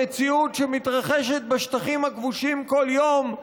המציאות שמתרחשת בשטחים הכבושים כל יום,